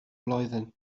blwyddyn